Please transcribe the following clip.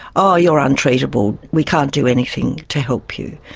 oh, you're untreatable, we can't do anything to help you.